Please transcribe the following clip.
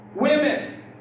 Women